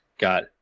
Got